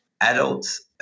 adults